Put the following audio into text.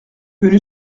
venu